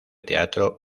teatro